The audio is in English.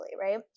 Right